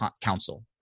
Council